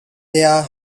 there